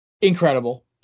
incredible